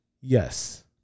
yes